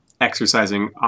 exercising